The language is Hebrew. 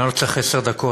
אני לא צריך עשר דקות,